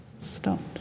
stopped